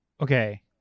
Okay